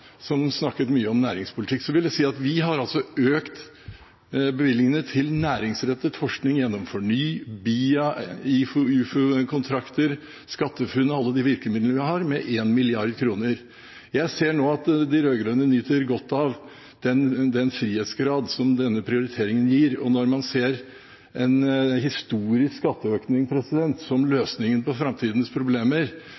som snakket mye om næringspolitikk, vil jeg si at vi altså har økt bevilgningene til næringsrettet forskning gjennom FORNY, BIA, IFU-/OFU-kontrakter, SkatteFUNN og alle de virkemidlene vi har, med 1 mrd. kr. Jeg ser nå at de rød-grønne nyter godt av den frihetsgrad som denne prioriteringen gir. Når man ser en historisk skatteøkning som løsningen på framtidas problemer,